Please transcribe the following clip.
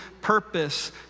purpose